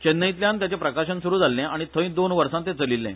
चैन्नैतल्यान ताचे प्रकाशन स्रू जाल्ले आनी थंय दोन वर्सा ते चलिल्ले